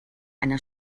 einer